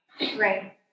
Right